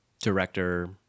director